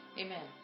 Amen